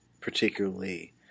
particularly